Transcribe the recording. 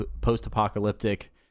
post-apocalyptic